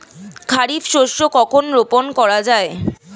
খারিফ শস্য কখন রোপন করা হয়?